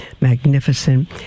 magnificent